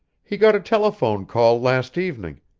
he got a telephone call last evening,